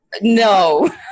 No